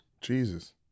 jesus